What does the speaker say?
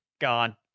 Gone